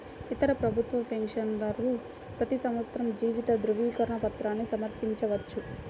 ఇతర ప్రభుత్వ పెన్షనర్లు ప్రతి సంవత్సరం జీవిత ధృవీకరణ పత్రాన్ని సమర్పించవచ్చు